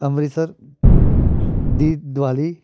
ਅੰਮ੍ਰਿਤਸਰ ਦੀ ਦਿਵਾਲੀ